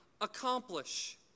accomplish